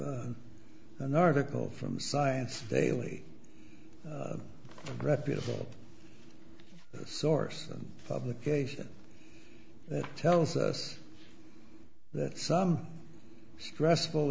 e an article from science daily reputable source publication that tells us that some stressful